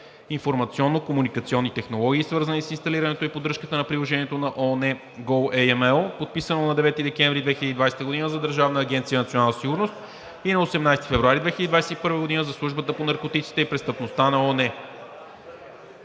информационно-комуникационни технологии, свързани с инсталирането и поддръжката на приложението на ООН goAML, подписано на 9 декември 2020 г. за Държавна агенция „Национална сигурност“ и на 18 февруари 2021 г. за Службата по наркотиците и престъпността на ООН.